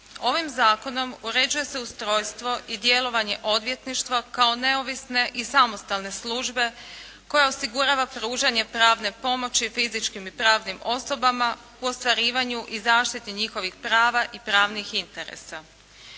Ovim zakonom uređuje se ustrojstvo i djelovanje odvjetništva kao neovisne i samostalne službe koja osigurava pružanje pravne pomoći fizičkim i pravnim osobama u ostvarivanju i zaštiti njihovih prava i pravnih interesa.